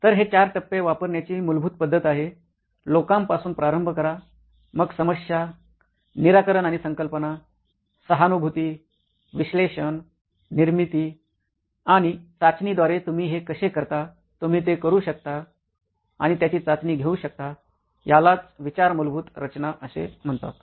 तर हे ४ टप्पे वापरण्याची मूलभूत पद्धत आहे लोकांपासून प्रारंभ करा मग समस्या निराकरण आणि संकल्पना सहानुभूती विश्लेषण निर्मिती आणि चाचणीद्वारे तुम्ही हे कसे करता तुम्ही ते करू शकता आणि त्याची चाचणी घेऊ शकता यालाच विचार मूलभूत रचना असे म्हणतात